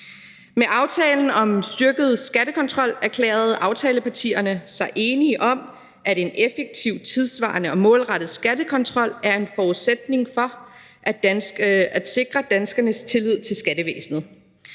Med aftalen om en styrket skattekontrol erklærede aftalepartierne sig enige om, at en effektiv, tidssvarende og målrettet skattekontrol er en forudsætning for at sikre danskernes tillid til skattevæsenet,